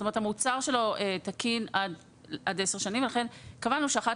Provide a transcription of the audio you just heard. המוצר שלו תקין עד 10 שנים ולכן קבענו שאחת